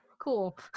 cool